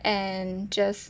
and just